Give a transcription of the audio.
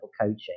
coaching